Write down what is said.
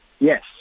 Yes